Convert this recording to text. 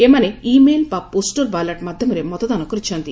ଏମାନେ ଇମେଲ୍ ବା postal ballot ମାଧ୍ୟମରେ ମତଦାନ କରିଛନ୍ତି